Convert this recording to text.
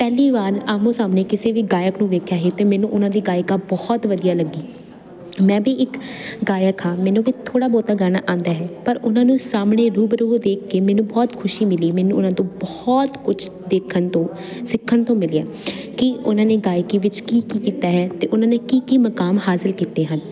ਪਹਿਲੀ ਵਾਰ ਆਹਮੋ ਸਾਹਮਣੇ ਕਿਸੇ ਵੀ ਗਾਇਕ ਨੂੰ ਵੇਖਿਆ ਸੀ ਅਤੇ ਮੈਨੂੰ ਉਹਨਾਂ ਦੀ ਗਾਇਕਾ ਬਹੁਤ ਵਧੀਆ ਲੱਗੀ ਮੈਂ ਵੀ ਇੱਕ ਗਾਇਕ ਹਾਂ ਮੈਨੂੰ ਵੀ ਥੋੜ੍ਹਾ ਬਹੁਤਾ ਗਾਉਣਾ ਆਉਂਦਾ ਹੈ ਪਰ ਉਹਨਾਂ ਨੂੰ ਸਾਹਮਣੇ ਰੂਬਰੂ ਦੇਖ ਕੇ ਮੈਨੂੰ ਬਹੁਤ ਖੁਸ਼ੀ ਮਿਲੀ ਮੈਨੂੰ ਉਹਨਾਂ ਤੋਂ ਬਹੁਤ ਕੁਛ ਦੇਖਣ ਤੋਂ ਸਿੱਖਣ ਤੋਂ ਮਿਲਿਆਂ ਕਿ ਉਹਨਾਂ ਨੇ ਗਾਇਕੀ ਵਿੱਚ ਕੀ ਕੀ ਕੀਤਾ ਹੈ ਅਤੇ ਉਹਨਾਂ ਨੇ ਕੀ ਕੀ ਮੁਕਾਮ ਹਾਸਿਲ ਕੀਤੇ ਹਨ